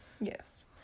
Yes